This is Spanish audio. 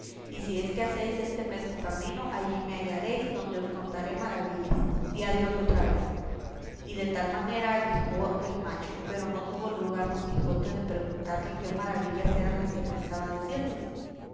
y si es que hacéis este mesmo camino allí me hallaréis donde os contaré maravillas y a dios otra vez y de tal manera aguijó el macho que no tuvo lugar don quijote de preguntarle qué maravillas eran las que pensaba decirles